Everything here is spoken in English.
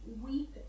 weep